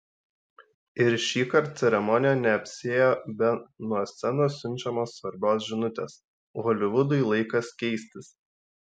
ir šįkart ceremonija neapsiėjo be nuo scenos siunčiamos svarbios žinutės holivudui laikas keistis